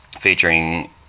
featuring